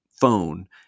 phone